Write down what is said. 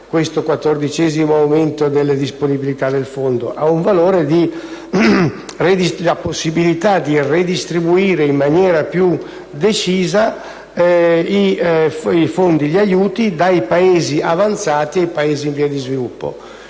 Si tratta di un aumento nelle disponibilità del Fondo che dà la possibilità di redistribuire in maniera più decisa gli aiuti dai Paesi avanzati ai Paesi in via di sviluppo.